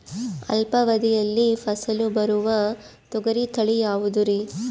ಅಲ್ಪಾವಧಿಯಲ್ಲಿ ಫಸಲು ಬರುವ ತೊಗರಿ ತಳಿ ಯಾವುದುರಿ?